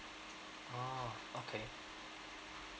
oh okay